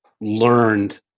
learned